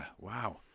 wow